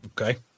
Okay